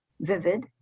vivid